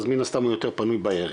אז מן הסתם הוא יותר פנוי בערב